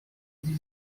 sie